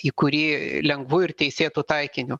į kurį lengvu ir teisėtu taikiniu